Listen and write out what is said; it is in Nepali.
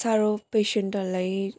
साह्रो पेसेन्टहरूलाई